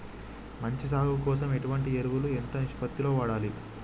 మంచి సాగు కోసం ఎటువంటి ఎరువులు ఎంత నిష్పత్తి లో వాడాలి?